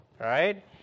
right